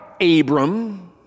Abram